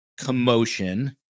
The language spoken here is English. commotion